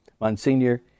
Monsignor